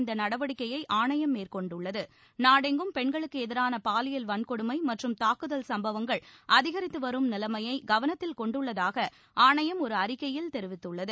இந்த நடவடிக்கையை ஆணையம் மேற்கொண்டுள்ளது நாடெங்கும் பெண்களுக்கு எதிரான பாலியல் வன்கொடுமை மற்றும் தாக்குதல் சம்பவங்கள் அதிகரித்து வரும் நிலைமையை கவனத்தில் கொண்டுள்ளதாக ஆணையம் ஒரு அறிக்கையில் தெரிவித்துள்ளது